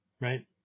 Right